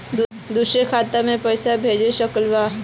दुसरे खाता मैं पैसा भेज सकलीवह?